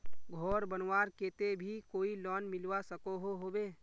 घोर बनवार केते भी कोई लोन मिलवा सकोहो होबे?